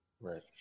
right